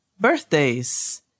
birthdays